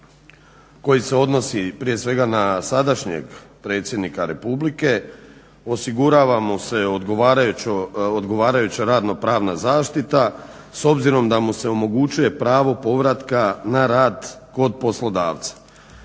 koji se odnosi prije svega na sadašnje predsjednika Republike osigurava mu se odgovarajuća radno-pravna zaštita s obzirom da mu se omogućuje pravo povratka na rad kod poslodavca.